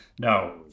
No